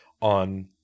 on